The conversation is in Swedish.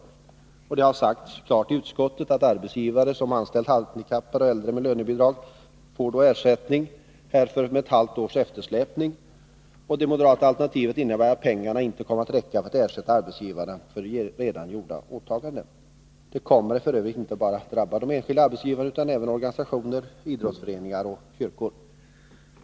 Utskottet gör helt klart att arbetsgivare som anställt handikappade och äldre med lönebidrag får ersättning härför med ett halvt års eftersläpning. Det moderata alternativet innebär att pengarna inte kommer att räcka för att ersätta arbetsgivarna för redan gjorda åtaganden. Det kommer f. ö. inte bara att drabba enskilda arbetsgivare utan även organisationer, idrottsföreningar och kyrkor.